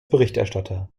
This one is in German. berichterstatter